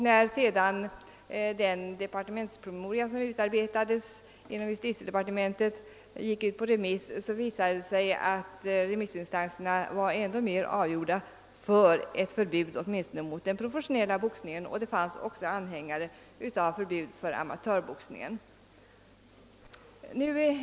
När sedan den promemoria som utarbetades 1 justitiedepartementet gick ut på remiss, visade det sig att remissinstanserna var ännu mer inställda på ett förbud åtminstone mot den professionella boxningen, och det fanns också anhängare av förbud mot amatörboxningen.